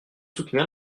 soutenir